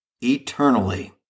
eternally